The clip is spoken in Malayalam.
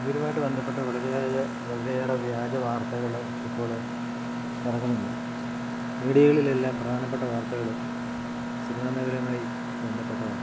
ഇവരുമായിട്ട് ബന്ധപ്പെട്ട വളരെയേറേ വളരെയേറെ വ്യാജ വാർത്തകൾ ഇപ്പോൾ ഇറങ്ങുന്നുണ്ട് മീഡിയകളിലെല്ലാം പ്രധാനപ്പെട്ട വാർത്തകൾ സിനിമ മേഖലയുമായി ബന്ധപ്പെട്ടതാണ്